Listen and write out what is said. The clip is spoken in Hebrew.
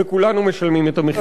וכולנו משלמים את המחיר.